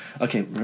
Okay